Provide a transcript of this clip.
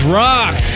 rock